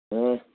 ꯑ